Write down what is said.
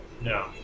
No